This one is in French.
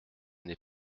n’est